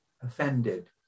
offended